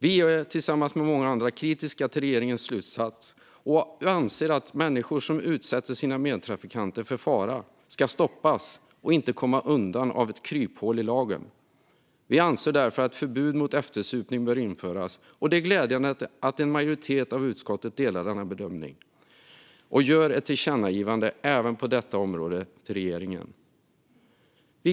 Vi är tillsammans med många andra kritiska till regeringens slutsats och anser att människor som utsätter sina medtrafikanter för fara ska stoppas och inte komma undan på grund av ett kryphål i lagen. Vi anser därför att ett förbud mot eftersupning bör införas. Det är glädjande att en majoritet i utskottet delar denna bedömning och föreslår ett tillkännagivande till regeringen även på detta område.